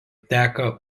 teka